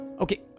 Okay